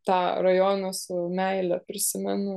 tą rajoną su meile prisimenu